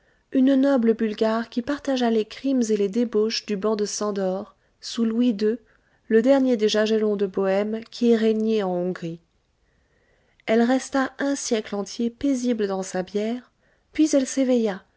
une noble bulgare qui partagea les crimes et les débauches du ban de szandor sous louis ii le dernier des jagellons de bohême qui ait régné en hongrie elle resta un siècle entier paisible dans sa bière puis elle s'éveilla